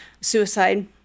suicide